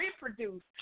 reproduce